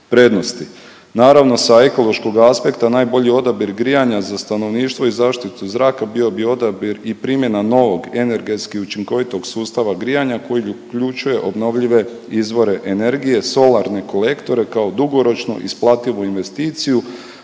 prednosti. Naravno, sa ekološkog aspekta najbolji odabira grijanja za stanovništvo i zaštitu zraka bio bi odabir i primjena novog energetski učinkovitog sustava grijanja, koji bi uključuje obnovljive izvore energije, solarne kolektore kao dugoročno isplativu investiciju,